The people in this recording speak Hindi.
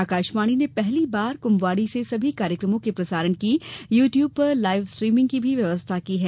आकाशवाणी ने पहली बार क्म्भवाणी से सभी कार्यक्रमों के प्रसारण की यू ट्यूब पर लाइव स्ट्रीमिंग की भी व्यवस्था की है